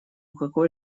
какой